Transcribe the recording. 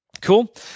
Cool